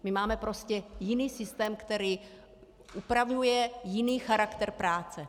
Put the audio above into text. My máme prostě jiný systém, který upravuje jiný charakter práce.